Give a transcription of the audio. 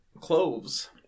Cloves